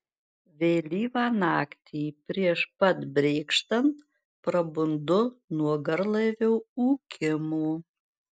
vėlyvą naktį prieš pat brėkštant prabundu nuo garlaivio ūkimo